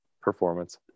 performance